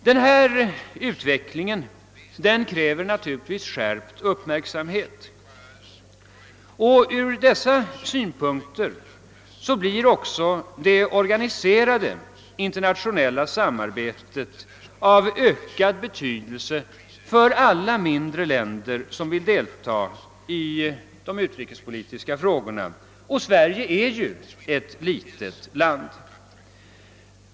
Denna utveckling kräver naturligtvis skärpt uppmärksamhet, och ur dessa synpunkter blir också det organiserade internationella samarbetet av ökad betydelse för alla mindre länder som vill ta del i de utrikespolitiska frågorna — och Sverige är ju ett litet land.